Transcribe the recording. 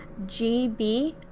g. b.